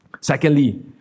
Secondly